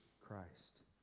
Christ